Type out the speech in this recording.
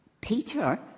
Peter